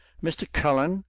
mr. cullen,